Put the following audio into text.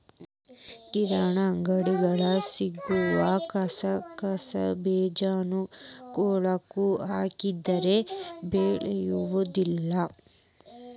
ಕಿರಾಣಿ ಅಂಗಡ್ಯಾಗ ಸಿಗು ಕಸಕಸಿಬೇಜಾನ ಹೊಲಕ್ಕ ಹಾಕಿದ್ರ ಬೆಳಿಯುದಿಲ್ಲಾ